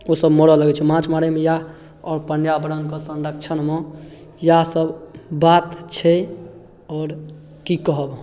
ओसब मरऽ लगै छै माँछ मारैमे इएह आओर पर्यावरणके सँरक्षणमे इएहसब बात छै आओर कि कहब